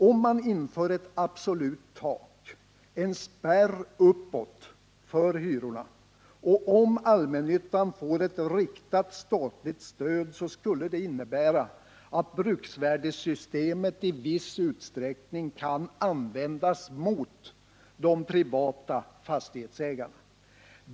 Om man inför ett absolut tak, en spärr uppåt för hyrorna, och om allmännyttan får ett riktat statligt stöd skulle bruksvärdessystemet i större utsträckning kunna användas mot de privata fastighetsägarna.